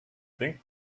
think